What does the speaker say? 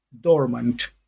dormant